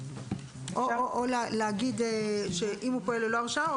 או להגיד אם הוא פועל ללא הרשאה,